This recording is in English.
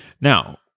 Now